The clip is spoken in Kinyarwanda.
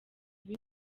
ube